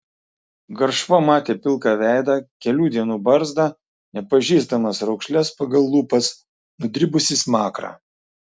garšva matė pilką veidą kelių dienų barzdą nepažįstamas raukšles pagal lūpas nudribusį smakrą